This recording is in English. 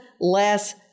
less